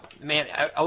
Man